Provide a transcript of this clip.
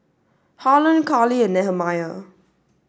Harlon Karli and Nehemiah